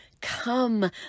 come